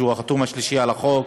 שהוא החתום השלישי על החוק,